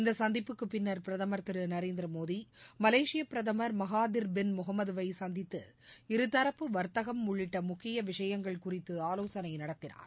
இந்த சந்திப்புப்பின்னர் பிரதமர் திரு நரேந்திரமோடி மலேசிய பிரதமர் மகாதிர் பின் முகமதுவை சந்தித்து இருதரப்பு வர்த்தகம் உள்ளிட்ட முக்கிய விஷயங்கள் குறித்து ஆலோசனை நடத்தினார்